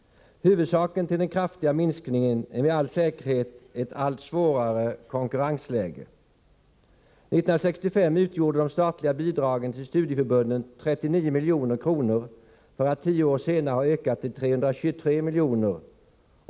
Huvudorsaken till den kraftiga minskningen är med all säkerhet ett allt svårare konkurrensläge. 1965 utgjorde de statliga bidragen till studieförbunden 39 milj.kr. för att tio år senare har ökat till 323 miljoner.